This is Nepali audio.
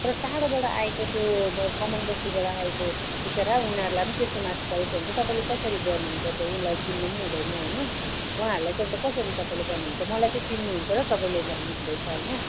तर टाढोबाट आएको त्यो अब कमान बस्तीबाट आएको विचरा उनीहरूलाई पनि त्यस्तो मासु परेको छ भने तपाईँले कसरी गर्नुहुन्छ उनलाई चिन्नु पनि हुँदैन होइन उहाँहरूलाई चाहिँ अन्त कसरी तपाईँले गर्नुहुन्छ मलाई त चिन्नुहुन्छ र तपाईँले भन्नुहुँदैछ होइन